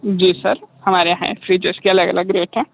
जी sir हमारे यहाँ freezers के अलग अलग रेट हैं